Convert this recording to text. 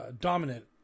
dominant